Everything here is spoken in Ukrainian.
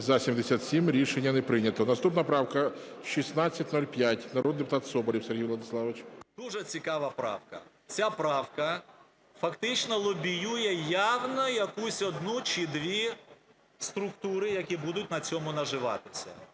За-77 Рішення не прийнято. Наступна правка 1605, народний депутат Соболєв Сергій Владиславович. 14:57:03 СОБОЛЄВ С.В. Дуже цікава правка. Ця правка фактично лобіює явно якусь одну чи дві структури, які будуть на цьому наживатися.